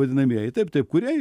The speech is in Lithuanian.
vadinamieji taip taip kurie